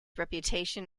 reputation